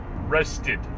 rested